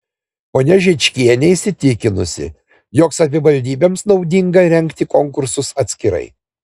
ponia žičkienė įsitikinusi jog savivaldybėms naudinga rengti konkursus atskirai